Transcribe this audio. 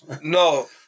no